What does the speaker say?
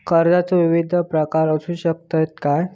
कर्जाचो विविध प्रकार असु शकतत काय?